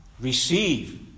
receive